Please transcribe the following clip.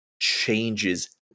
changes